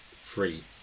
free